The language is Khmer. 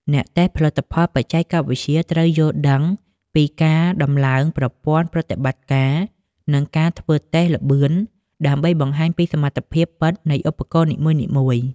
អ្នកតេស្តផលិតផលបច្ចេកវិទ្យាត្រូវយល់ដឹងពីការដំឡើងប្រព័ន្ធប្រតិបត្តិការ និងការធ្វើតេស្តល្បឿន ដើម្បីបង្ហាញពីសមត្ថភាពពិតនៃឧបករណ៍នីមួយៗ។